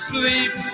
Sleep